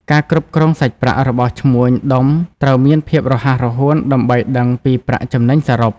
ការគ្រប់គ្រងសាច់ប្រាក់ របស់ឈ្មួញដុំត្រូវមានភាពរហ័សរហួនដើម្បីដឹងពីប្រាក់ចំណេញសរុប។